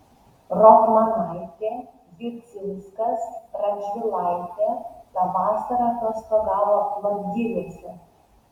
rotmanaitė judzinskas radžvilaitė tą vasarą atostogavo lapgiriuose